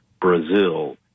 Brazil